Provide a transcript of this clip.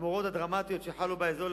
והתמורות הדרמטיות שחלו באזור,